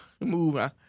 move